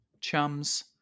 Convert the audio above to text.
chums